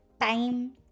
time